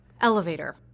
Elevator